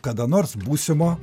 kada nors būsimo